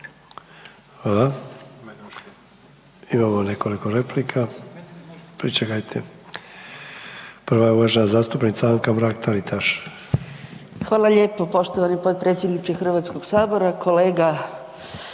Hvala. Imamo nekoliko replika. Pričekajte, prva je uvažena zastupnica Anka Mrak Taritaš. **Mrak-Taritaš, Anka (GLAS)** Hvala lijepo poštovani potpredsjedniče Hrvatskog sabora. Kolega,